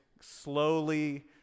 slowly